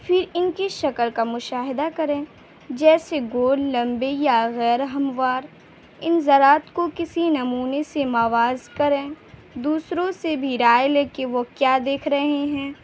پھر ان کی شکل کا مشاہدہ کریں جیسے گول لمبے یا غیر ہموار ان زراعت کو کسی نمونے سے مواز کریں دوسروں سے بھی رائے لے کہ وہ کیا دیکھ رہے ہیں